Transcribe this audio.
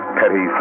petty